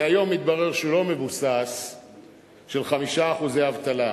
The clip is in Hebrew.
שהיום מתברר שהוא לא מבוסס, של 5% אבטלה.